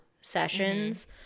sessions